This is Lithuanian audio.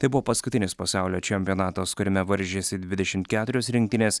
tai buvo paskutinis pasaulio čempionatas kuriame varžėsi dvidešimt keturios rinktinės